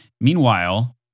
Meanwhile